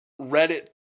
Reddit